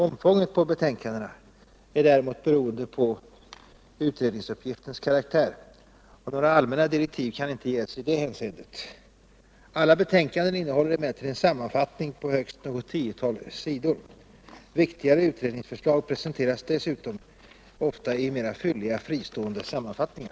Omfånget på betänkandena är däremot beroende av utredningsuppgiftens karaktär, och några generella direktiv kan inte ges i detta hänseende. Alla betänkanden innehåller emellertid en sammanfattning på högst något tiotal sidor. Viktigare utredningsförslag presenteras dessutom ofta i mera fylliga, fristående sammanfattningar.